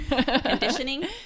Conditioning